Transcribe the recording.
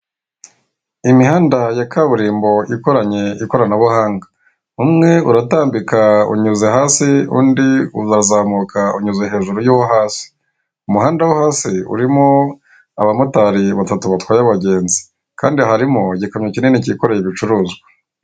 Imihanda ya kaburimbo ikoranye ikoranabuhanga, umwe uratambika unyuze hasi undi urazamuka unyuze hejuru y'uwo hasi. Umuhanda wo hasi urimo abamotari batatu batwaye abagenzi kandi harimo igikamyo kinini kikoreye ibicuruzwa.